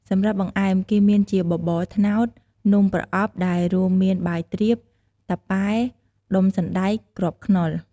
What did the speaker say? សម្រាប់បង្អែម គេមានជាបបរត្នោត នំប្រអប់ដែលរួមមានបាយទ្រាប តាប៉ែ ដុំសណ្តែក គ្រាប់ខ្នុរ។